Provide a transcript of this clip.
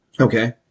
Okay